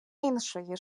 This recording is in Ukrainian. іншої